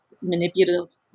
manipulative